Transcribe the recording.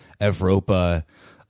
Evropa